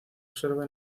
observa